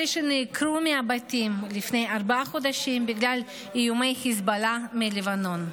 אלה שנעקרו מהבתים לפני ארבעה חודשים בגלל איומי חיזבאללה מלבנון.